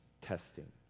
testing